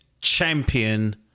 champion